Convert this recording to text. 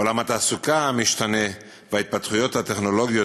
עולם התעסוקה המשתנה וההתפתחויות הטכנולוגיות,